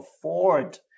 afford